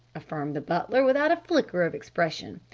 affirmed the butler without a flicker of expression.